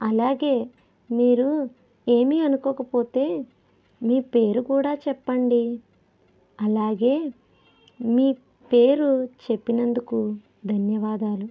అలాగే మీరు ఏమీ అనుకోకపోతే మీ పేరు కూడా చెప్పండి అలాగే మీ పేరు చెప్పినందుకు ధన్యవాదాలు